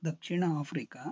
Dakshina Africa